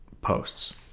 posts